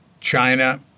China